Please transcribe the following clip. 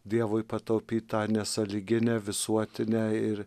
dievui pataupyta nesąlyginė visuotinė ir